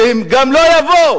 שהם גם לא יבואו,